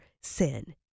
sin